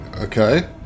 Okay